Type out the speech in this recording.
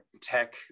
tech